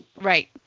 Right